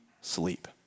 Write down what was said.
sleep